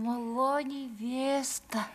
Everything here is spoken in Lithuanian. maloniai vėsta